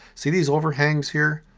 see these overhangs here?